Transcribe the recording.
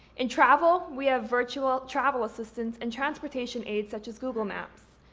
in travel, we have virtual travel assistants and transportation aids such as google maps.